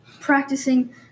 practicing